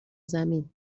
زمین